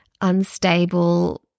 unstable